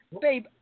babe